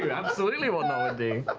absolutely what nott